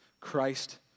Christ